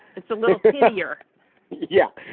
it's a little here yeah.